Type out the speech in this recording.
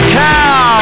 cow